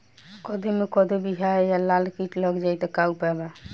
कद्दू मे कद्दू विहल या लाल कीट लग जाइ त का उपाय बा?